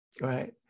right